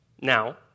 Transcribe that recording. Now